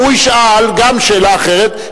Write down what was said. עכשיו גם הוא ישאל שאלה אחרת,